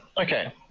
Okay